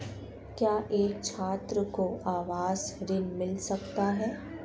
क्या एक छात्र को आवास ऋण मिल सकता है?